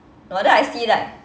no wonder I see like